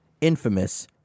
Infamous